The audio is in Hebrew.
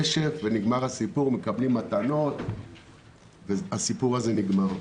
מקבלים מתנות ונגמר הסיפור.